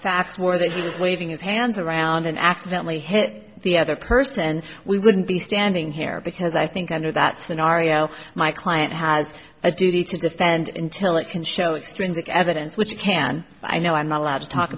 were that he was leaving his hands around and accidentally hit the other person we wouldn't be standing here because i think under that scenario my client has a duty to defend until it can show it streams of evidence which can i know i'm not allowed to talk